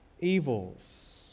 evils